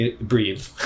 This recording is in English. breathe